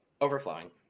Overflowing